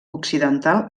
occidental